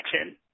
action